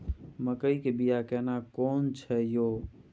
मकई के बिया केना कोन छै यो?